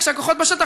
כשהכוחות בשטח,